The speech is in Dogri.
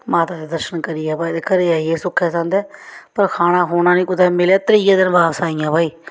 माता दे दर्शन करियै घरे गी आई गै सुक्खै सांदे पर खाना खोना नेईं त्रियै दिन बापस आई भाई